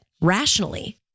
rationally